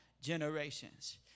generations